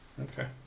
Okay